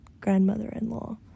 grandmother-in-law